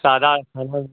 सादा खाना